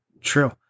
True